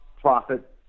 profit